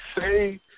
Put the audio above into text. say